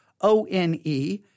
O-N-E